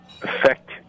affect